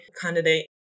candidate